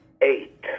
eight